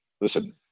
listen